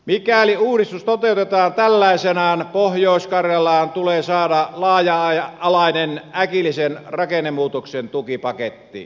mikäli uudistus toteutetaan tällaisenaan pohjois karjalaan tulee saada laaja alainen äkillisen rakennemuutoksen tukipaketti